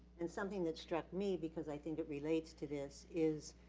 and something that struck me because i think it relates to this, is,